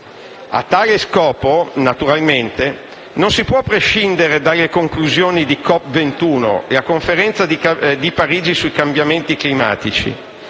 A tale scopo, naturalmente, non si può prescindere dalle conclusioni della Conferenza di Parigi sui cambiamenti climatici